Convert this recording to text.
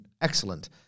Excellent